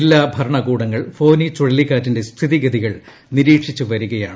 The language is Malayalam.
ജില്ലാ ഭരണകൂടങ്ങൾ ഫോനി ചുഴ ലിക്കാറ്റിന്റെ സ്ഥിതി ഗതികൾ നിരീക്ഷിച്ച് വ്യത്രികയാണ്